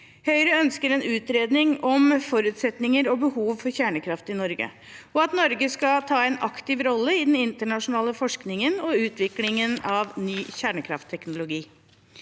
Høyre ønsker en utredning om forutsetninger og behov for kjernekraft i Norge, og at Norge skal ta en aktiv rolle i den internasjonale forskningen og utviklingen av ny kjernekraftteknologi.